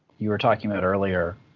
we were talking about earlier